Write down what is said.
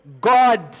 God